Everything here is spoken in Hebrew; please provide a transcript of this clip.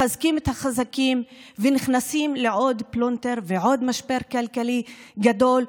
מחזקים את החזקים ונכנסים לעוד פלונטר ועוד משבר כלכלי גדול,